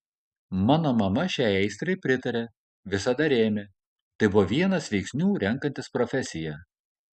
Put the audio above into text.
mano mama šiai aistrai pritarė visada rėmė tai buvo vienas veiksnių renkantis profesiją